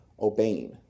obeying